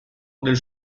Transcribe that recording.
del